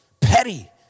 Petty